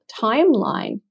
timeline